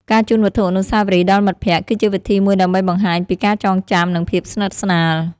ការជូនវត្ថុអនុស្សាវរីយ៍ដល់មិត្តភក្តិ គឺជាវិធីមួយដើម្បីបង្ហាញពីការចងចាំ និងភាពស្និទ្ធស្នាល។